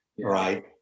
right